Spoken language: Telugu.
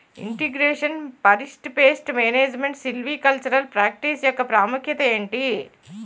integration forest pest management silvicultural practice యెక్క ప్రాముఖ్యత ఏంటి